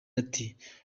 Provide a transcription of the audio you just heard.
ati